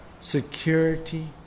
security